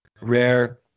rare